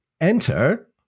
Enter